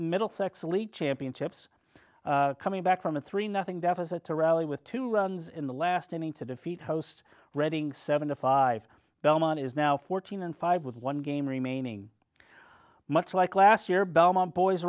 middlesex league championships coming back from a three nothing deficit to rally with two runs in the last inning to defeat host reading seventy five belmont is now fourteen and five with one game remaining much like last year belmont boys